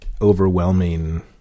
overwhelming